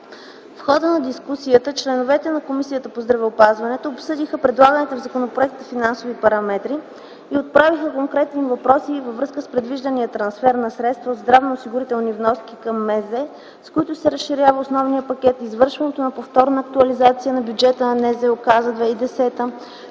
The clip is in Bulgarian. В хода на дискусията, членовете на Комисията по здравеопазването обсъдиха предлаганите в законопроекта финансови параметри и отправиха конкретни въпроси във връзка с предвиждания трансфер на средства от здравноосигурителни вноски към Министерството на здравеопазването, с който се разширява основният пакет, извършването на повторна актуализация на бюджета на НЗОК за 2010